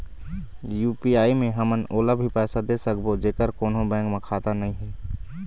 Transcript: UPI मे हमन ओला भी पैसा दे सकबो जेकर कोन्हो बैंक म खाता नई हे?